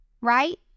right